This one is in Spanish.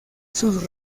sus